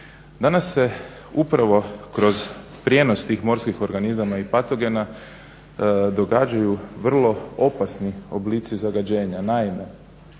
Danas se upravo kroz prijenos tih morskih organizama i patogena događaju vrlo opasni oblici zagađenja,